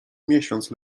miesiąc